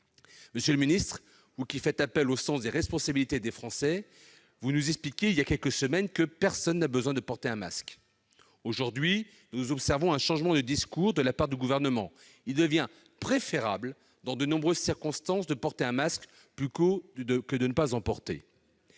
Monsieur le ministre, vous qui faites appel au sens des responsabilités des Français, vous nous expliquiez, voilà quelques semaines, que personne n'avait besoin de porter un masque. Je n'ai pas dit personne ! Aujourd'hui, nous observons un changement de discours du Gouvernement : il devient préférable, dans de nombreuses circonstances, de porter un masque plutôt que de ne pas en porter.